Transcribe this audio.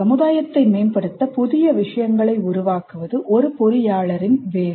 சமுதாயத்தை மேம்படுத்த புதிய விஷயங்களை உருவாக்குவது ஒரு பொறியாளரின் வேலை